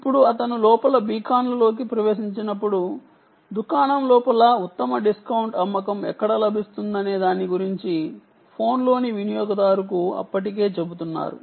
ఇప్పుడు అతను లోపల బీకాన్లలోకి ప్రవేశించినప్పుడు దుకాణం లోపల ఉత్తమ డిస్కౌంట్ అమ్మకం ఎక్కడ లభిస్తుందనే దాని గురించి వినియోగదారుకు ఫోన్లోని బీకాన్ ఇప్పటికే చెబుతుంది